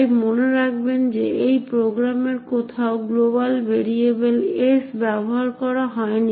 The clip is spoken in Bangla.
তাই মনে রাখবেন যে এই প্রোগ্রামের কোথাও গ্লোবাল ভেরিয়েবল s ব্যবহার করা হয়নি